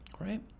right